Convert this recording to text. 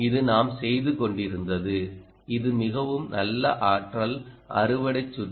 இது நாம் செய்து கொண்டிருந்தது இது மிகவும் நல்ல ஆற்றல் அறுவடை சுற்று